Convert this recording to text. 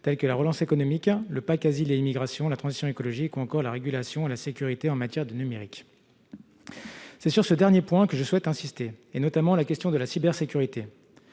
tels que la relance économique, le pacte sur la migration et l'asile, la transition écologique ou encore la régulation et la sécurité en matière de numérique. C'est sur ce dernier point que j'insisterai, notamment sur la question de la cybersécurité.